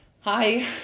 hi